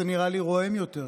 זה נשמע לי רועם יותר,